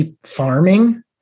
farming